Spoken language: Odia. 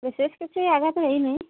ବିଶେଷ କିଛି ଆଘାତ ହେଇନି